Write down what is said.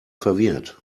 verwirrt